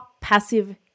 passive